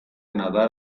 nadar